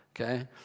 Okay